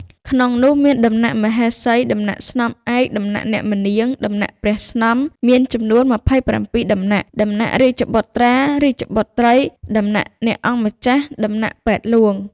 ក្នុងនោះមានដំណាក់មហេសី ដំណាក់សំ្នឯក ដំណាក់អ្នកម្នាង ដំណាក់ព្រះស្នំមានចំនួន ២៧ដំណាក់ ដំណាក់រាជបុត្រា-រាជបុត្រី ដំណាក់អ្នកអង្គម្ចាស់ ដំណាក់ពេទ្យហ្លួង ។